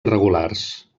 irregulars